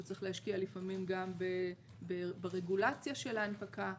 הוא צריך להשקיע לפעמים גם ברגולציה של ההנפקה,